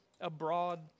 abroad